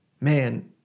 man